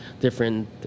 different